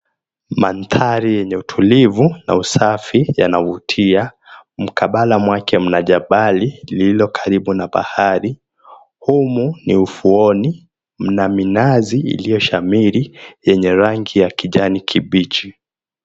Maandhari yenye utulivu na usafi yanavutia, mkabala wake pana jabali lililokaribu bahari. Humu ni ufuoni, mna minazi iliyoshamiri yenye rangi ya kijani kibichi.